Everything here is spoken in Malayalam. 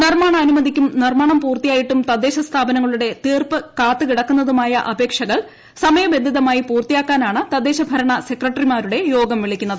നിർമ്മാണ് അനുമതിക്കും നിർമ്മാണം പൂർത്തിയായിട്ടും തീർപ്പ് കാത്തുകിടക്കുന്നതുമായ അപേക്ഷകൾ സമയബന്ധിതമായി പൂർത്തിയാക്കാനാണ് തദ്ദേശഭരണ സെക്രട്ടറിമാരുടെ യോഗം വിളിക്കുന്നത്